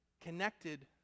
connected